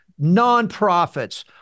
nonprofits